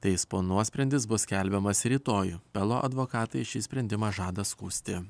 teismo nuosprendis bus skelbiamas rytojų pelo advokatai šį sprendimą žada skųsti